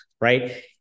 right